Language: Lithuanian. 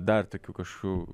dar tokių kažkokių